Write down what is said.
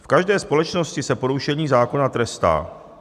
V každé společnosti se porušení zákona trestá.